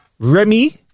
Remy